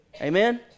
Amen